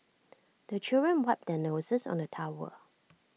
the children wipe their noses on the towel